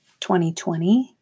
2020